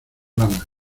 rana